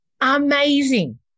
Amazing